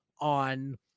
on